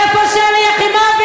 איפה שלי יחימוביץ,